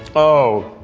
oh.